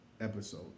episode